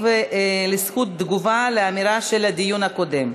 בזכות תגובה על אמירה מהדיון הקודם.